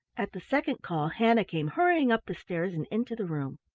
at the second call hannah came hurrying up the stairs and into the room.